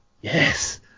yes